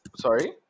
Sorry